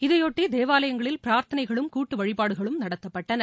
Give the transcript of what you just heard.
இதையொட்டி தேவாலயங்களில் பிரார்த்தனைகளும் கூட்டு வழிபாடுகளும் நடத்தப்பட்டன